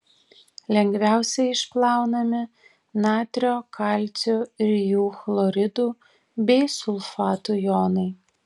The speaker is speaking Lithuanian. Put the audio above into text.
lengviausiai išplaunami natrio kalcio ir jų chloridų bei sulfatų jonai